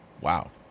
wow